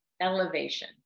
elevation